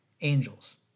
angels